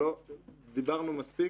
דיברנו מספיק.